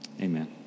Amen